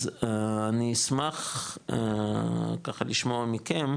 אז אני אשמח ככה לשמוע מכם,